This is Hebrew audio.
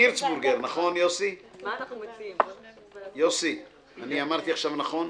וירצבורגר יוסי, אני אמרתי עכשיו נכון?